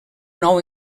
nou